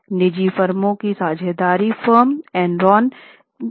निजी फर्मों की साझेदारी फर्म एनरॉन के लिए वैध निवेश थे